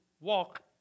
walk